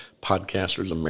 podcasters